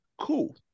Cool